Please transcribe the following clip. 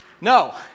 No